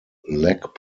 lack